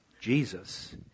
Jesus